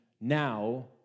now